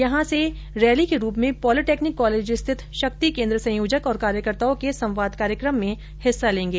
यहां से रैली के रूप में पॉलिटेक्निक कॉलेज स्थित शक्ति केन्द्र संयोजक और कार्यकर्ताओं के संवाद कार्यक्रम में हिस्सा लेंगे